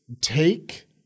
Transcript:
take